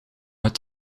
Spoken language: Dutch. het